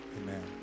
Amen